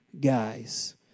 guys